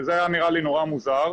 שזה היה נראה לי נורא מוזר.